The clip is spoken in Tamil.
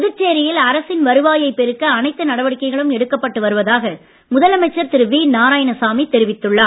புதுச்சேரியில் அரசின் வருவாயைப் பெருக்க அனைத்து நடவடிக்கைகளும் எடுக்கப்பட்டு வருவதாக முதலமைச்சர் திரு வி நாராயணசாமி தெரிவித்துள்ளார்